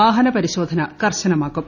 വാഹന പരിശോധന കർശനമാക്കും